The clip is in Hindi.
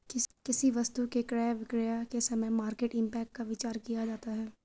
किसी वस्तु के क्रय विक्रय के समय मार्केट इंपैक्ट का विचार किया जाता है